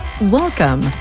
Welcome